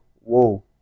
whoa